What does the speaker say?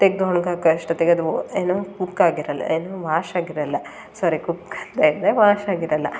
ತೆಗೆದು ಒಣ್ಗಾಕೋ ಅಷ್ಟೊತ್ತಿಗೆ ಅದು ಏನು ಕುಕ್ ಆಗಿರೋಲ್ಲ ಏನು ವಾಶ್ ಆಗಿರೋಲ್ಲ ಸಾರಿ ಕುಕ್ ಅಂತ ಹೇಳ್ದೆ ವಾಶ್ ಆಗಿರೋಲ್ಲ